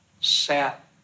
sat